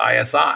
ISI